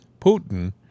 Putin